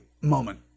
moment